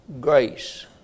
grace